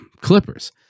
clippers